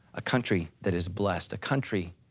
a country that is blessed, a country